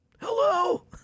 Hello